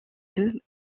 deux